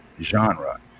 genre